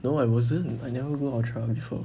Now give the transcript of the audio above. no I wasn't I never go ultra before